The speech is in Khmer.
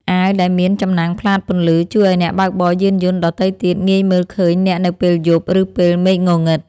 អាវដែលមានចំណាំងផ្លាតពន្លឺ ជួយឱ្យអ្នកបើកបរយានយន្តដទៃទៀតងាយមើលឃើញអ្នកនៅពេលយប់ ឬពេលមេឃងងឹត។